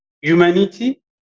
humanity